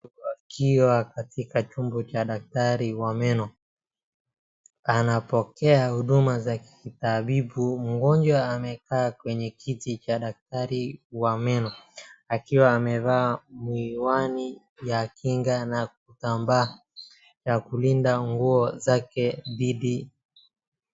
Akiwa katika chumba cha daktari wa meno. Anapokea huduma za kitabibu, mgonjwa amekaa kwenye kiti cha daktari wa meno akiwa amevaa miwani ya kinga na kutambaa ya kulinda nguo zake dhidi..